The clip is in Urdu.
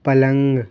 پلنگ